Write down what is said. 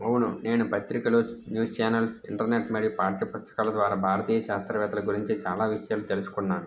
అవును నేను పత్రికలు న్యూస్ ఛానల్స్ ఇంటర్నెట్ మరియు పాఠ్య పుస్తకాల ద్వారా భారతీయ చాస్త్రవేత్తల గురించి చాలా విషయాలు తెలుసుకున్నాను